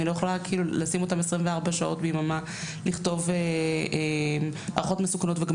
אני לא יכולה לשים אותם 24 שעות ביממה לכתוב הערכות מסוכנות וגם